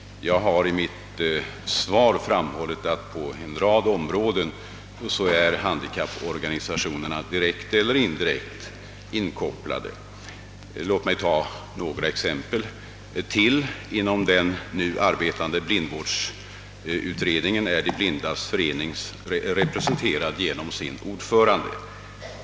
Jag har i mitt svar framhållit, att handikapporganisationerna på en rad områden är direkt eller indirekt inkopplade. Låt mig ta ytterligare några exempel. Inom den nu arbetande blindvårdsutredningen är De Blindas förening representerad genom sin ordförande.